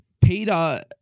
Peter